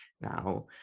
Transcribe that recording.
now